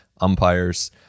umpires